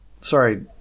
sorry